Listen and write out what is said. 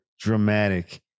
dramatic